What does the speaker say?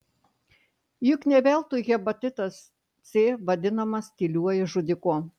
juk ne veltui hepatitas c vadinamas tyliuoju žudiku